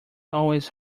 always